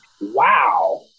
wow